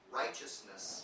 righteousness